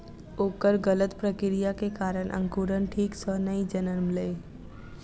ओकर गलत प्रक्रिया के कारण अंकुरण ठीक सॅ नै जनमलै